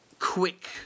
Quick